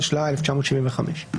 התשל"ה-1975.